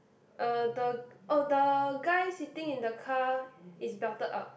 uh the oh the guy sitting in the car is belted up